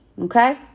Okay